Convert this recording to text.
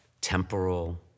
temporal